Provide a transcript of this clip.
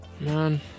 Man